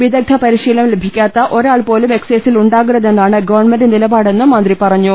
വിദഗ്ദ്ധ പരിശീലനം ലഭിക്കാത്ത ഒരാൾപോലും എക്സൈ സിൽ ഉണ്ടാകരുതെന്നാണ് ഗവൺമെന്റ് നിലപാടെന്നും മന്ത്രി പറ ഞ്ഞു